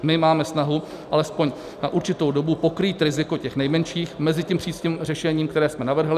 My máme snahu alespoň na určitou dobu pokrýt riziko těch nejmenších, mezitím přijít s tím řešením, které jsme navrhli.